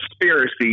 conspiracy